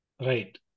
Right